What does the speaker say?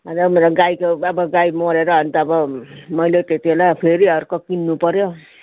मैले अब मेरो गाईको अब गाई मरेर अन्त अब मैले त्यतिबेला फेरि अर्को किन्नु पर्यो